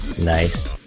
Nice